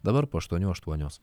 dabar po aštuonių aštuonios